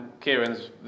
Kieran's